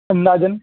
અંદાજન